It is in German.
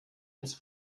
ins